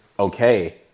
Okay